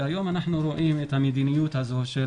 והיום אנחנו רואים את המדיניות הזו של